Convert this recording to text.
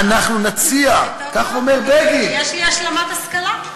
"אנחנו נציע" כך אומר בגין, יש לי השלמת השכלה.